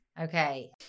Okay